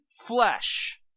flesh